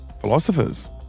philosophers